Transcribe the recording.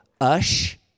ush